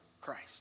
Christ